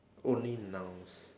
only nouns